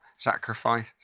sacrifice